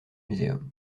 museum